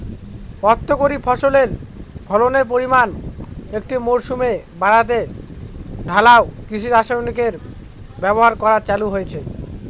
অর্থকরী ফসলের ফলনের পরিমান একটি মরসুমে বাড়াতে ঢালাও কৃষি রাসায়নিকের ব্যবহার করা চালু হয়েছে